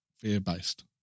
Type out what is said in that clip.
fear-based